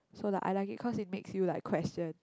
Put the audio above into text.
so like I like it cause it makes you like question